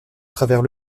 travers